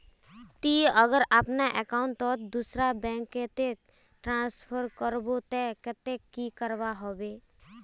ती अगर अपना अकाउंट तोत दूसरा बैंक कतेक ट्रांसफर करबो ते कतेक की करवा होबे बे?